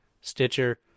Stitcher